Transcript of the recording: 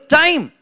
time